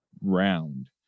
round